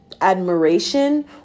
admiration